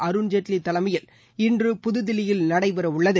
அருண் ஜேட்லி தலைமையில் இன்று புது தில்லியில் நடைபெற உள்ளது